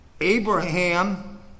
Abraham